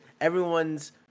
everyone's